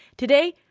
today,